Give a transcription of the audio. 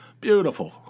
beautiful